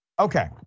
Okay